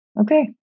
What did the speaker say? okay